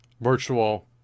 virtual